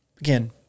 again